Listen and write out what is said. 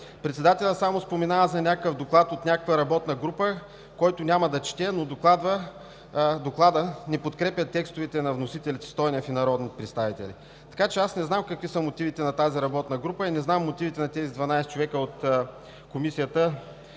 Председателят само споменава за някакъв доклад от някаква работна група, който няма да чете, но докладът не подкрепя текстовете на вносителите Стойнев и народните представители. Така че аз не знам какви са мотивите на тази работна група и не знам мотивите на тези 12 човека от Комисията